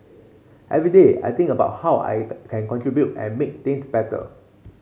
every day I think about how I can contribute and make things better